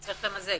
צריך למזג